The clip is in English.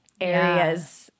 areas